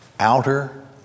Outer